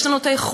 יש לנו היכולת,